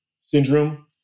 syndrome